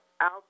out